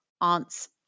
aunt's